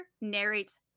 narrates